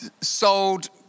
sold